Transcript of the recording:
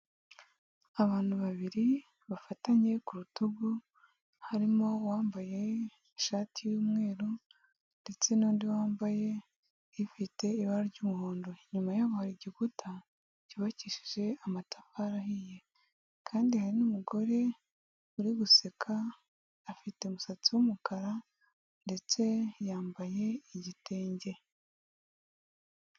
Abantu babiri bafatanye ku rutugu, harimo uwambaye ishati y'umweru ndetse n'undi wambaye ifite ibara ry'umuhondo. Inyuma yabo hari igikuta cyubakishije amatafari ahiye kandi hari n'umugore uri guseka, afite umusatsi w'umukara ndetse yambaye igitenge.